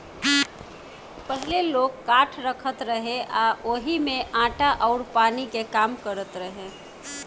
पहिले लोग काठ रखत रहे आ ओही में आटा अउर पानी के काम करत रहे